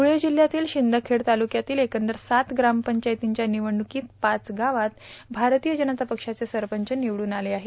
पुढे जिल्ह्यातील शिदखेडा तालुक्यातील एकंदर सात ग्रामपंचायतीच्या निवडणुखीत पाच गावात भारतीय जनता पशाचे सरपंच निवडून आले आहेत